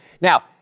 Now